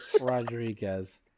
Rodriguez